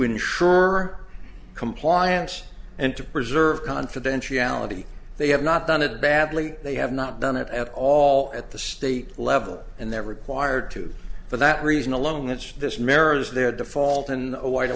ensure compliance and to preserve confidentiality they have not done it badly they have not done it at all at the state level and they're required to for that reason alone it's this mirrors their default in a w